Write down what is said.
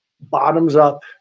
bottoms-up